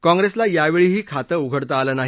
काँप्रेसला यावेळीही खातं उघडता आलं नाही